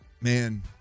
man